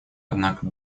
однако